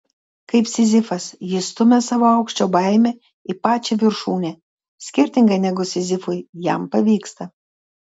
kaip sizifas jis stumia savo aukščio baimę į pačią viršūnę skirtingai negu sizifui jam pavyksta